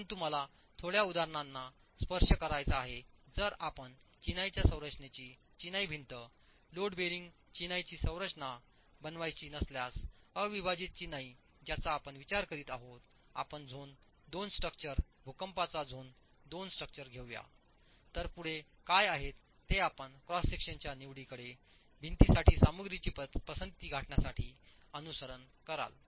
परंतु मला थोड्या उदाहरणाणा स्पर्श करायचा आहे जर आपण चिनाईच्या संरचनेची चिनाई भिंत लोड बेअरिंग चिनाईची रचना बनवायची नसल्यास अविभाजित चिनाई ज्याचा आपण विचार करीत आहोत आपण झोन 2 स्ट्रक्चर भूकंपाचा झोन 2 स्ट्रक्चर घेऊया तर पुढे काय आहेत की आपण क्रॉस सेक्शनच्या निवडीकडे भिंतीसाठी सामग्रीची पसंती गाठण्यासाठी अनुसरण कराल